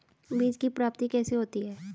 बीज की प्राप्ति कैसे होती है?